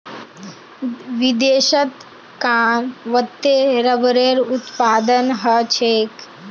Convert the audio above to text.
विदेशत कां वत्ते रबरेर उत्पादन ह छेक